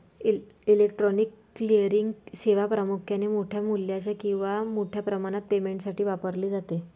electronic clearing सेवा प्रामुख्याने मोठ्या मूल्याच्या किंवा मोठ्या प्रमाणात पेमेंटसाठी वापरली जाते